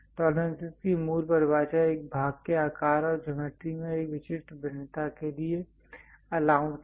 tolerances की मूल परिभाषा एक भाग के आकार और ज्योमेट्री में एक विशिष्ट भिन्नता के लिए एक अलाउंस है